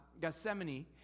Gethsemane